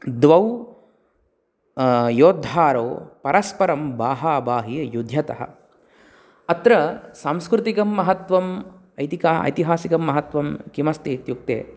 द्वौ योद्धारौ परस्परं बाहबाह्यैः युद्धतः अत्र सांस्कृतिकं महत्त्वम् ऐतिक ऐतिहासिकमहत्त्वं किमस्ति इत्युक्ते